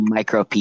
Micro